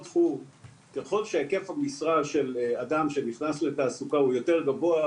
ככל שהיקף המשרה של אדם שנכנס לתעסוקה הוא יותר גבוה,